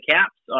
Caps